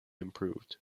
improved